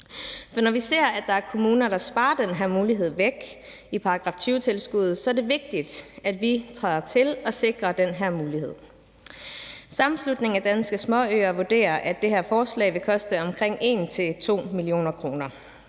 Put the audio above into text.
når vi ser, at der er kommuner, der sparer den her mulighed væk i § 20-tilskud, er det vigtigt, at vi træder til og sikrer den her mulighed. Sammenslutningen af Danske Småøer vurderer, at det her forslag vil koste omkring 1-2 mio. kr.